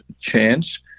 chance